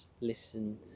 listen